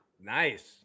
Nice